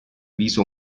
viso